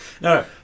No